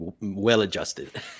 well-adjusted